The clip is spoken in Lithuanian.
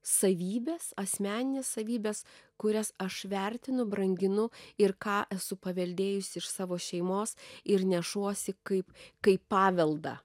savybės asmeninės savybės kurias aš vertinu branginu ir ką esu paveldėjus iš savo šeimos ir nešuosi kaip kaip paveldą